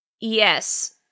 Yes